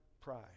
pride